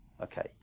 okay